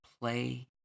play